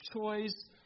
choice